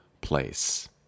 place